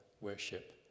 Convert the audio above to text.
worship